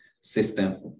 system